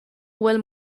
bhfuil